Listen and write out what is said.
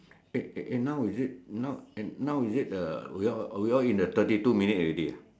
eh eh eh now is it now is it we all in the thirty two minute already ah